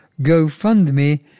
GoFundMe